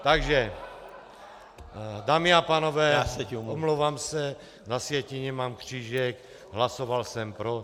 Takže dámy a pánové, omlouvám se, na sjetině mám křížek, hlasoval jsem pro.